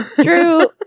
True